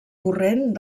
corrent